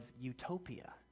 utopia